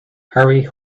harry